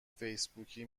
فیسبوکی